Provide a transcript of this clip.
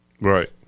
Right